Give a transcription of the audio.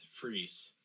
Freeze